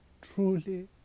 truly